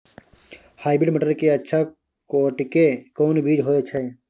Hybrid मटर के अच्छा कोटि के कोन बीज होय छै?